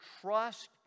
trust